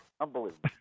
Unbelievable